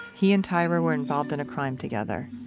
he and tyra were involved in a crime together.